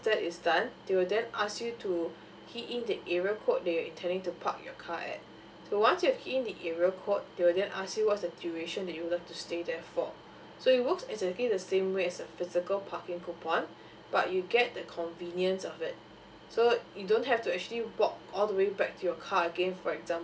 that is done they will then ask you to key in the area code that you are intending to park your car at so once you have keyed in the area code they will then ask you what is the duration that you love to stay there for so it works exactly the same way as a physical parking coupon but you get the convenience of it so you don't have to actually walk all the way back to your car again for example